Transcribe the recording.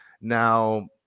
now